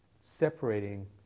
separating